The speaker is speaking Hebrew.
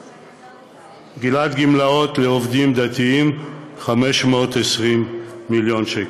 "גילעד, גמלאות לעובדים דתיים" 520 מיליון שקל.